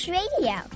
radio